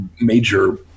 major